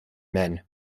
men